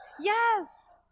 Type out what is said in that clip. Yes